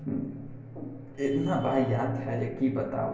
इतना वाहियात है जे की बताउ